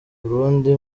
urundi